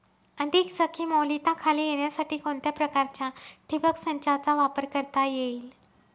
अधिक जमीन ओलिताखाली येण्यासाठी कोणत्या प्रकारच्या ठिबक संचाचा वापर करता येईल?